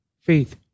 faith